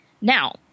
Now